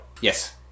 Yes